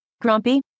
Grumpy